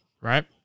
right